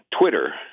Twitter